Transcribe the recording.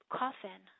coffin